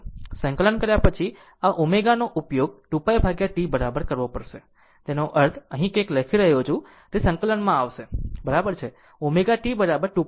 સંકલન કર્યા પછી આ ω નો ઉપયોગ 2π T બરાબર કરવો પડશે તેનો અર્થ ક્યાંક કહી રહ્યો છું કે તે સંકલનમાં આવશે બરાબર છે ω t બરાબર 2π છે